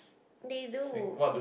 they do